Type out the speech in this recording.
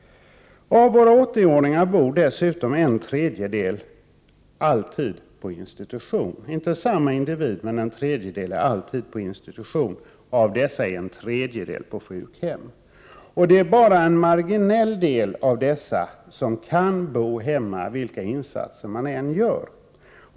Av våra 80-åringar bor dessutom alltid en tredjedel — givetvis inte alltid samma individer — på institution. Av dem bor en tredjedel på sjukhem. Det är bara en marginell del av dessa som kan bo hemma, vilka insatser man än gör.